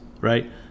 right